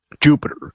Jupiter